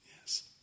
Yes